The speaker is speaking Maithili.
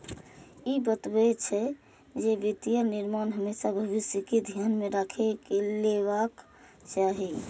ई बतबै छै, जे वित्तीय निर्णय हमेशा भविष्य कें ध्यान मे राखि कें लेबाक चाही